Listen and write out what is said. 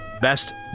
best